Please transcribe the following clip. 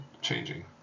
changing